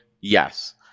yes